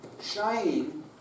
Shining